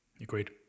agreed